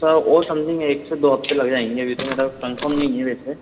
sir ओ something एक से दो हफ़्ते लग जाएंगे अभी ताे मेरा कन्फ़म नहीं है वैसे